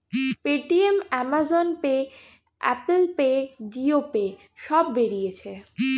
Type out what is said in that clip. Paytm, Amazon pay, Apple pay, Jio pay সব বেরিয়েছে